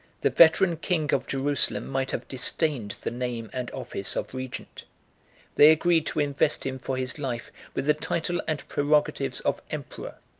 the veteran king of jerusalem might have disdained the name and office of regent they agreed to invest him for his life with the title and prerogatives of emperor,